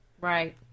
Right